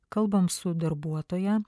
kalbam su darbuotoja